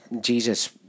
Jesus